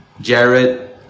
Jared